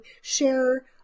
share